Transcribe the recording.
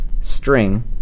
string